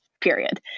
Period